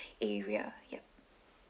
area yup